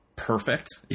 perfect